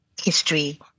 history